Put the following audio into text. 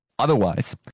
Otherwise